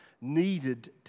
needed